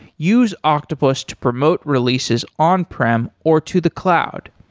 use octopus to promote releases on prem or to the cloud.